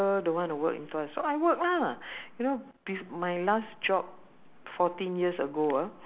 so when I got married ya because uh my husband is used to all his life